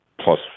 plus